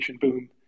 boom